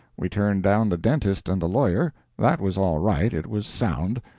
we turned down the dentist and the lawyer. that was all right it was sound.